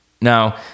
Now